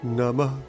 Nama